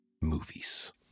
movies